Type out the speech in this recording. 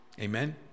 Amen